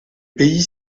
pays